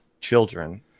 children